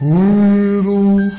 little